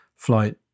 Flight